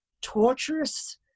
torturous